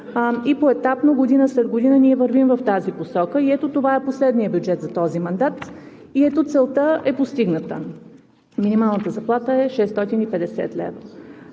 и поетапно, година след година ние вървим в тази посока. Това е последният бюджет за този мандат и целта е постигната – минималната заплата е 650 лв.